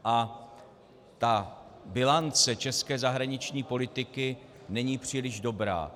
A bilance české zahraniční politiky není příliš dobrá.